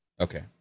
Okay